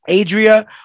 Adria